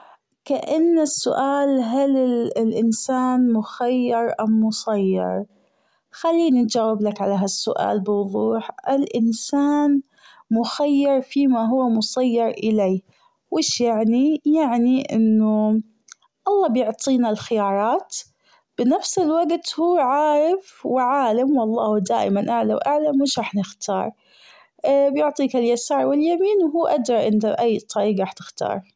كأن السؤال هل الأنسان مخير أم مسير خليني جاوبلك على هالسؤال بوضوح الأنسان مخير فيما هو مسير إليه وش يعني يعني أنه الله بيعطينا الخيارات بنفس الوجت هو عارف وعالم والله دائما أعلى وأعلم وش راح نختار بيعطيك اليسار واليمين وهو أدرى انت أي الطريق راح تختار.